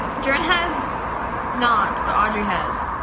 jordan has not, but audrey has.